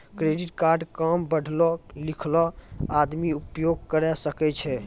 Credit card काम पढलो लिखलो आदमी उपयोग करे सकय छै?